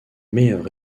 meilleur